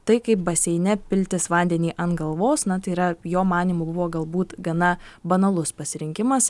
tai kaip baseine piltis vandenį ant galvos na tai yra jo manymu buvo galbūt gana banalus pasirinkimas